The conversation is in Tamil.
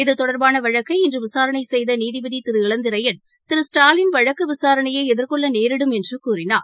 இது தொடர்பானவழக்கை இன்றுவிசாரணைசெய்தநீதிபதிதிரு இளந்திரையன் திரு ஸ்டாலின் வழக்குவிசாரணையைஎதிர்கொள்ளநேரிடும் என்றும் கூறினார்